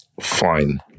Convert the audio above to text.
Fine